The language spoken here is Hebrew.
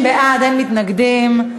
30 בעד, אין מתנגדים.